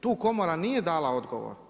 Tu Komora nije dala odgovor.